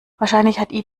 wahrscheinlich